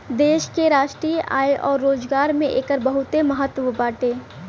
देश के राष्ट्रीय आय अउर रोजगार में एकर बहुते महत्व बाटे